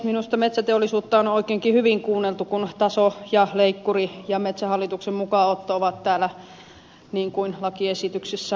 minusta metsäteollisuutta on oikein hyvinkin kuunneltu kun taso ja leikkuri ja metsähallituksen mukaanotto ovat täällä lakiesityksessä niin kuin ne ovat